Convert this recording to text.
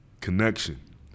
connection